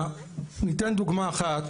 ניתן דוגמה אחת